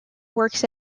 works